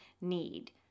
need